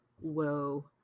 whoa